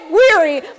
weary